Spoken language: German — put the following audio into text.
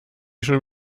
schon